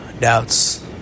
doubts